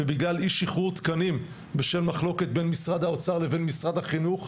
ובגלל אי-שחרור תקנים בשל מחלוקת בין משרד האוצר לבין משרד החינוך,